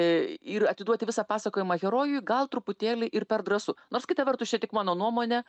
i ir atiduoti visą pasakojimą herojui gal truputėlį ir per drąsu nors kita vertus čia tik mano nuomonė